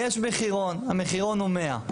יש מחירון, המחירון הוא 100,